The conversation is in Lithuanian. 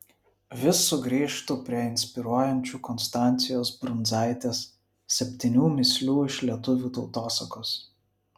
vis sugrįžtu prie inspiruojančių konstancijos brundzaitės septynių mįslių iš lietuvių tautosakos